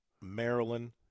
maryland